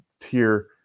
tier